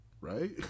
Right